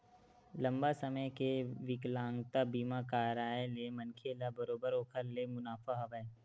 लंबा समे के बिकलांगता बीमा कारय ले मनखे ल बरोबर ओखर ले मुनाफा हवय